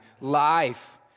life